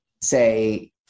say